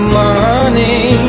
money